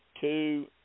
two